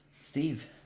steve